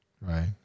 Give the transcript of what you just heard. right